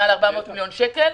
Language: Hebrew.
מעל 400 מיליון שקל,